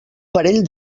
parell